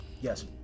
Yes